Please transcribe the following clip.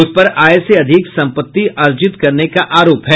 उस पर आय से अधिक संपत्ति अर्जित करने का आरोप है